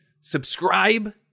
subscribe